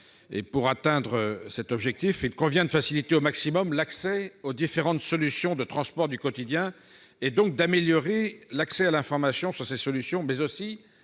Pour atteindre cet objectif, il convient de faciliter au maximum l'utilisation des différentes solutions de transport du quotidien, et donc d'améliorer l'accès à l'information sur ces solutions, ainsi